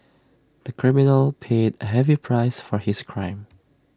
the criminal paid A heavy price for his crime